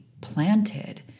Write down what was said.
planted